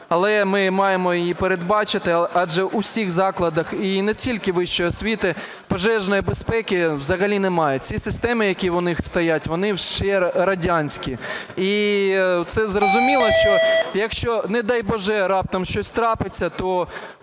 Але ми маємо її передбачити. Адже у всіх закладах, і не тільки вищої освіти, пожежної безпеки взагалі немає. Ці системи, які у них стоять, вони ще радянські. І це зрозуміло, що якщо, не дай Боже, раптом щось трапиться,